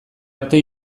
arte